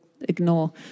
ignore